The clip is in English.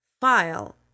file